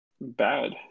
bad